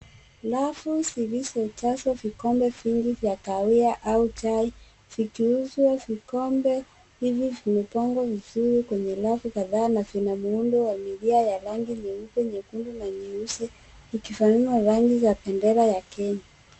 Rafu zilizojazwa vikombe vingi vya kahawia au chai vikiuzwa. Vikombe hivi vimepangwa vizuri kwenye rafu kadhaa na vina muundo wa milia ya rangi nyeupe, nyekundu na nyeusi, ikifanana na rangi za bendera ya Kenya.